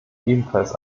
ebenfalls